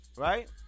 Right